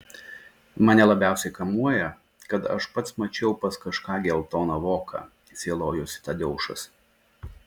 mane labiausiai kamuoja kad aš pats mačiau pas kažką geltoną voką sielojosi tadeušas